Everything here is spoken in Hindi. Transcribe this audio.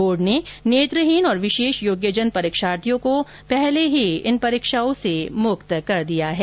बोर्ड ने नेत्रहीन और विशेष योग्यजन परीक्षार्थियों को पहले ही इन परीक्षाओं से मुक्त कर दिया है